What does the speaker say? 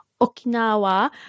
Okinawa